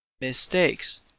Mistakes